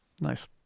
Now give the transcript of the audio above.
Nice